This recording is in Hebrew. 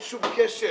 אין שום קשר.